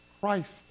Christ